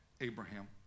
Abraham